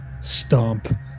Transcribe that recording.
stomp